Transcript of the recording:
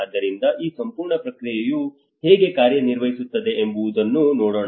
ಆದ್ದರಿಂದ ಈ ಸಂಪೂರ್ಣ ಪ್ರಕ್ರಿಯೆಯು ಹೇಗೆ ಕಾರ್ಯನಿರ್ವಹಿಸುತ್ತದೆ ಎಂಬುದನ್ನು ನೋಡೋಣ